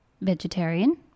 vegetarian